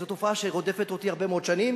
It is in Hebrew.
זאת תופעה שרודפת אותי הרבה שנים,